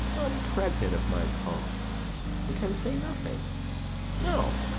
unpregnant of my cause, and can say nothing no,